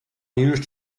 use